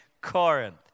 Corinth